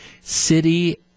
city